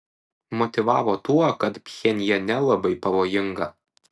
motyvavo tuo kad pchenjane labai pavojinga